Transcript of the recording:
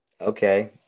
okay